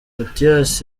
mathias